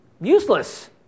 useless